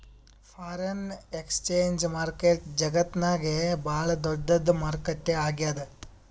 foreign exchange market ಜಗತ್ತ್ನಾಗೆ ಭಾಳ್ ದೊಡ್ಡದ್ ಮಾರುಕಟ್ಟೆ ಆಗ್ಯಾದ